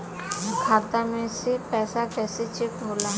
खाता में के पैसा कैसे चेक होला?